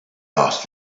asked